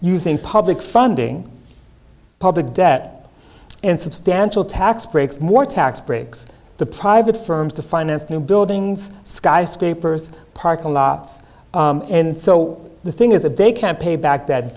using public funding public debt and substantial tax breaks more tax breaks to private firms to finance new buildings skyscrapers parking lots and so the thing is that they can't pay back that